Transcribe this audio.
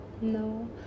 no